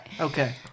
okay